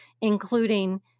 including